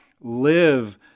live